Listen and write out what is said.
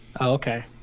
okay